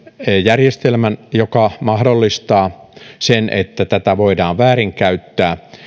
järjestelmän joka mahdollistaa sen että tätä voidaan väärinkäyttää